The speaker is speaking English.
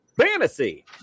Fantasy